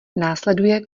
následuje